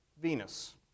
Venus